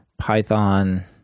Python